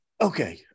Okay